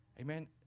amen